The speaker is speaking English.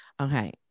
Okay